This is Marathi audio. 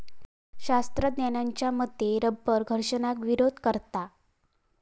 शास्त्रज्ञांच्या मते रबर घर्षणाक विरोध करता